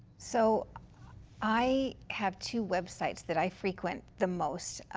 so i have two websites that i frequent the most.